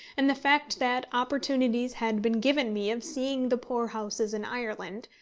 and the fact that opportunities had been given me of seeing the poor-houses in ireland,